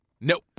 Nope